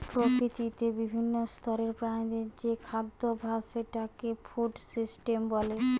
প্রকৃতিতে বিভিন্ন স্তরের প্রাণীদের যে খাদ্যাভাস সেটাকে ফুড সিস্টেম বলে